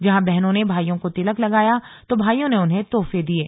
जहां बहनों ने भाइयों को तिलक लगाया तो भाइयों ने उन्हें तोहफें दिये